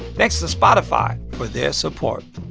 thanks to spotify for their support.